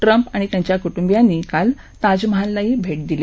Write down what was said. Trump आणि त्यांच्या कुटुंबियांनी काल ताज महाललाही भेट दिली